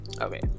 Okay